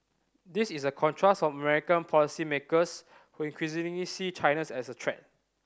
this is a contrast from American policymakers who increasingly see China as a threat